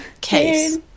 case